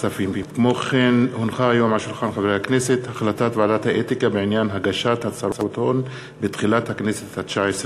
החלטת ועדת האתיקה בעניין הגשת הצהרות הון בתחילת הכנסת התשע-עשרה.